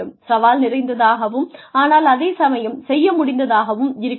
சவால் நிறைந்ததாகவும் ஆனால் அதே சமயம் செய்யமுடிந்ததாகவும் இருக்க வேண்டும்